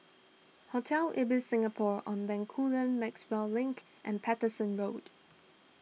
Hotel Ibis Singapore on Bencoolen Maxwell Link and Paterson Road